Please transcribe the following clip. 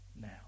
now